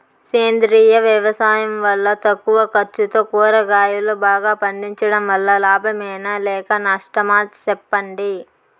సేంద్రియ వ్యవసాయం వల్ల తక్కువ ఖర్చుతో కూరగాయలు బాగా పండించడం వల్ల లాభమేనా లేక నష్టమా సెప్పండి